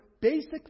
basic